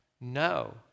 No